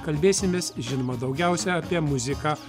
kalbėsimės žinoma daugiausia apie muziką